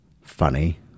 funny